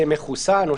מחוסן.